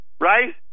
right